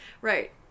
Right